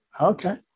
Okay